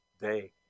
day